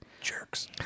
Jerks